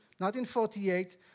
1948